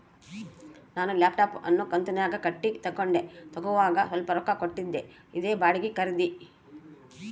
ನಾನು ಲ್ಯಾಪ್ಟಾಪ್ ಅನ್ನು ಕಂತುನ್ಯಾಗ ಕಟ್ಟಿ ತಗಂಡೆ, ತಗೋವಾಗ ಸ್ವಲ್ಪ ರೊಕ್ಕ ಕೊಟ್ಟಿದ್ದೆ, ಇದೇ ಬಾಡಿಗೆ ಖರೀದಿ